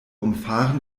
umfahren